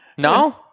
no